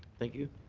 thank you.